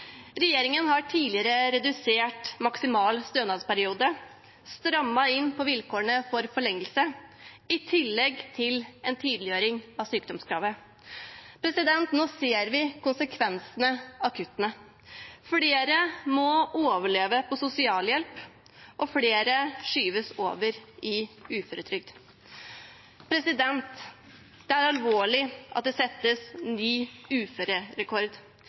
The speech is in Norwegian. Regjeringen har tidligere redusert maksimal stønadsperiode, strammet inn på vilkårene for forlengelse i tillegg til en tydeliggjøring av sykdomskravet. Nå ser vi konsekvensene av kuttene. Flere må overleve på sosialhjelp, og flere skyves over på uføretrygd. Det er alvorlig at det settes ny uførerekord,